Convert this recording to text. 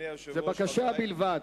זו הודעה בלבד.